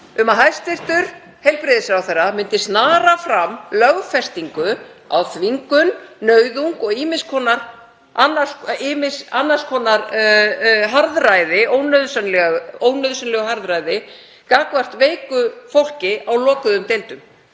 um að hæstv. heilbrigðisráðherra myndi snara fram lögfestingu á þvingun, nauðung og ýmiss konar harðræði, ónauðsynlegu harðræði gagnvart veiku fólki á lokuðum deildum.